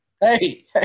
hey